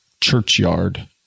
churchyard